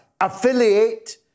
affiliate